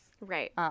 Right